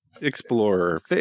explorer